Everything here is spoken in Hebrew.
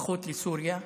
ופחות לסוריה.